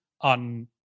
on